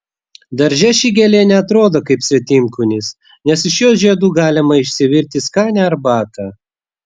darže ši gėlė ne atrodo kaip svetimkūnis nes iš jos žiedų galima išsivirti skanią arbatą